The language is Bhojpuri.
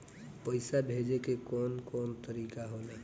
पइसा भेजे के कौन कोन तरीका होला?